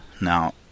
now